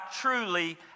truly